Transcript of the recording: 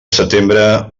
setembre